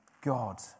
God